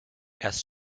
erst